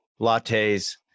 lattes